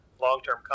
long-term